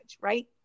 right